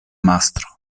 mastro